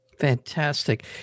Fantastic